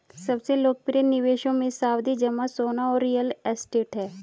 सबसे लोकप्रिय निवेशों मे, सावधि जमा, सोना और रियल एस्टेट है